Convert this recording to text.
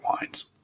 wines